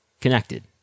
connected